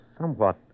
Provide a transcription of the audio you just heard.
somewhat